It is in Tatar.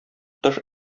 тыш